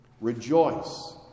Rejoice